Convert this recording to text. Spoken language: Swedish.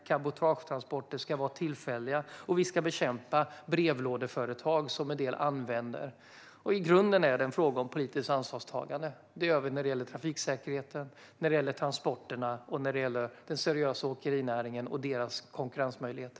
Cabotagetransporter ska vara tillfälliga, och vi ska bekämpa brevlådeföretag som en del använder. I grunden är det en fråga om politiskt ansvarstagande. Det ansvaret tar vi när det gäller trafiksäkerheten, när det gäller transporterna och när det gäller den seriösa åkerinäringen och dess konkurrensmöjligheter.